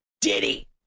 Diddy